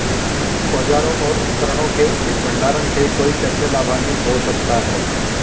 औजारों और उपकरणों के उचित भंडारण से कोई कैसे लाभान्वित हो सकता है?